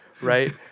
Right